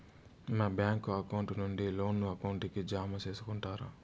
మా bank account నుండి loan account కి జామ సేసుకుంటారా?